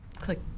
Click